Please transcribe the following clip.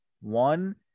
One